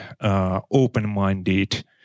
open-minded